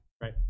Right